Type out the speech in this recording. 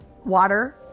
Water